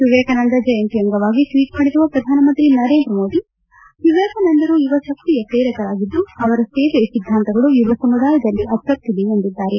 ವಿವೇಕಾನಂದ ಜಯಂತಿ ಅಂಗವಾಗಿ ಟ್ವೀಟ್ ಮಾಡಿರುವ ಪ್ರಧಾನಮಂತ್ರಿ ನರೇಂದ್ರ ಮೋದಿ ವಿವೇಕಾನಂದರ ಯುವ ಶಕ್ತಿಯ ಪ್ರೇರಕರಾಗಿದ್ದು ಅವರ ಸೇವೆಯ ಸಿದ್ದಾಂತಗಳು ಯುವ ಸಮುದಾಯದಲ್ಲಿ ಅಚ್ಚೊಕ್ತಿದೆ ಎಂದಿದ್ದಾರೆ